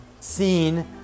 seen